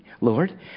Lord